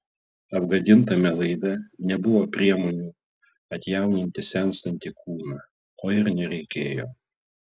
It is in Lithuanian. apgadintame laive nebuvo priemonių atjauninti senstantį kūną o ir nereikėjo